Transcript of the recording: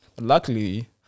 Luckily